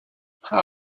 how